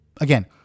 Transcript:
again